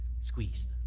squeezed